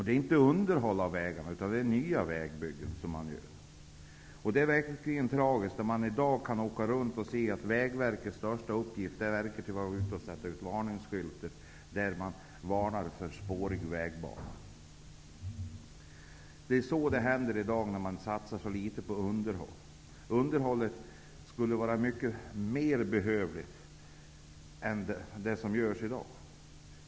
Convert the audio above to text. Det är inte fråga om underhåll av vägar, utan det är nya vägar som byggs. Det är verkligen tragiskt när man i dag kan åka runt och se att Vägverkets största uppgift är att sätta ut skyltar som varnar för spårig vägbana. Det är så det blir i dag, när man satsar så litet på underhåll. Det skulle behövas mycket mer underhåll än vad som görs i dag.